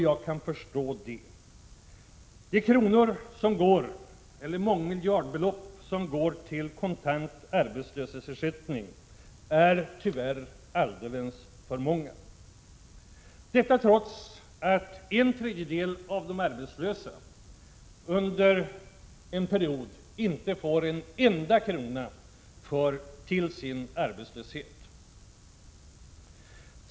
Jag kan förstå det. De kronor — eller rättare sagt mångmiljardbelopp — som går till kontant arbetslöshetsersättning är tyvärr alldeles för många. Detta trots att en tredjedel av de arbetslösa under en period inte får en enda krona till sin arbetslöshet.